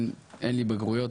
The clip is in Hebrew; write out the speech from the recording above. אין לי בגרויות,